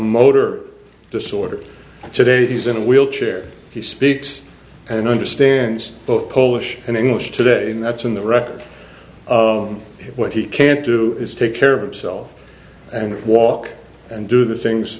motor disorder today he's in a wheelchair he speaks and understands both polish and english today and that's in the record of what he can't do is take care of himself and walk and do the things